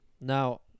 Now